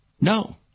no